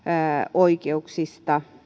oikeuksiin